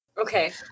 Okay